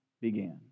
began